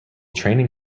training